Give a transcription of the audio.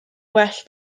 well